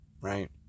right